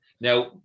Now